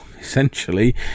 Essentially